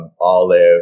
olive